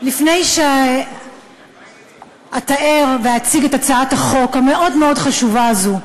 לפני שאתאר ואציג את הצעת החוק המאוד-מאוד חשובה הזאת,